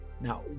Now